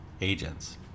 agents